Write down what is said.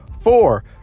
four